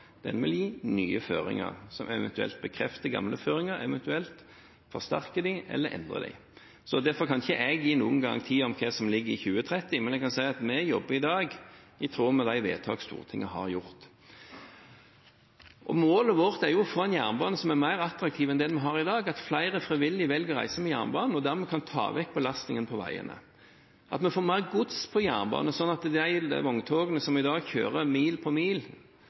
Den vil gi nye føringer, som eventuelt bekrefter gamle føringer, forsterker dem eller endrer dem. Derfor kan ikke jeg gi noen garanti for hva som ligger i 2030, men jeg kan si at vi jobber i dag i tråd med de vedtak som Stortinget har gjort. Målet vårt er å få en jernbane som er mer attraktiv enn den vi har i dag, at flere frivillig velger å reise med jernbanen og dermed kan ta vekk belastningen på veiene, at vi får mer gods på jernbanen, slik at de vogntogene som i dag kjører mil på mil,